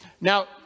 Now